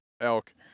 elk